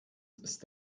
ist